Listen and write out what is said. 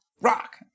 Rock